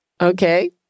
Okay